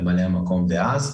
ממלא המקום דאז,